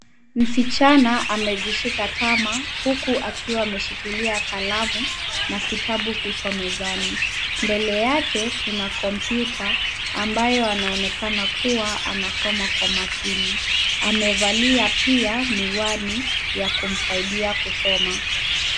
Msichana amejishika tama huku akiwa ameshikilia kalamu na kitabu kiko mezani. Mbele yake kuna kompyuta ambayo anaonekana kuwa anasoma kwa makini. Amevalia pia miwani ya kumsaidia kusoma.